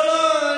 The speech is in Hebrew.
לא, לא.